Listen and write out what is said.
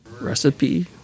recipe